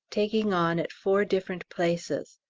taking on at four different places.